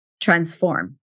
transform